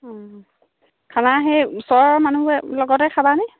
অঁ খানা সেই ওচৰৰ মানুহৰ লগতে খাবানে